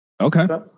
Okay